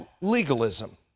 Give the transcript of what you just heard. legalism